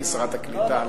היא שרת הקליטה.